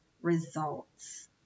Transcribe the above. results